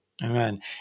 Amen